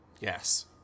yes